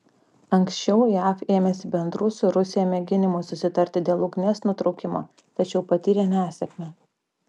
anksčiau jav ėmėsi bendrų su rusija mėginimų susitarti dėl ugnies nutraukimo tačiau patyrė nesėkmę